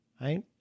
Right